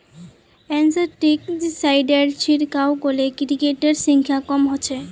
इंसेक्टिसाइडेर छिड़काव करले किटेर संख्या कम ह छ